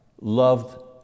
loved